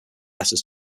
letters